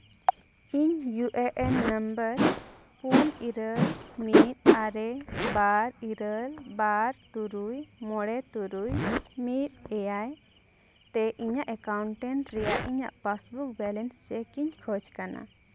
ᱤᱧ ᱤᱭᱩ ᱮᱹ ᱮᱱ ᱱᱟᱢᱵᱟᱨ ᱯᱩᱱ ᱤᱨᱟᱹᱞ ᱢᱤᱫ ᱟᱨᱮ ᱵᱟᱨ ᱤᱨᱟᱹᱞ ᱵᱟᱨ ᱛᱩᱨᱩᱭ ᱢᱚᱬᱮ ᱛᱩᱨᱩᱭ ᱢᱤᱫ ᱮᱭᱟᱭ ᱛᱮ ᱤᱧᱟᱹᱜ ᱮᱠᱟᱣᱩᱱᱴᱮᱱᱴ ᱨᱮᱭᱟᱜ ᱤᱧᱟᱹᱜ ᱯᱟᱥᱵᱩᱠ ᱵᱮᱞᱮᱱᱥ ᱪᱮᱠᱤᱧ ᱠᱷᱚᱡᱽ ᱠᱟᱱᱟ